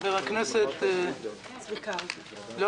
חבר הכנסת שלמה